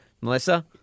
Melissa